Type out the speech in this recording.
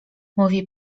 mówi